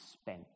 spent